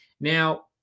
Now